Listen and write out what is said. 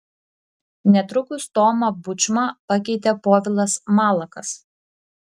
netrukus tomą bučmą pakeitė povilas malakas